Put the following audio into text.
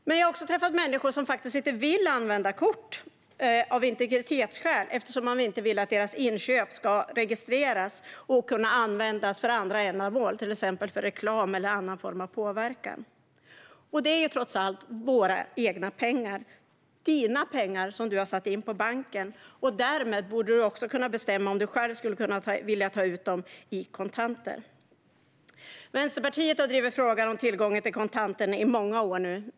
Men jag har också träffat människor som av integritetsskäl faktiskt inte vill använda kort, eftersom de inte vill att deras inköp ska registreras och kunna användas för andra ändamål, till exempel reklam eller annan form av påverkan. Det är trots allt våra egna pengar. När man har satt in sina pengar på banken borde man därmed också få bestämma om man själv ska kunna ta ut dem som kontanter. Vänsterpartiet har drivit frågan om tillgången till kontanter i många år nu.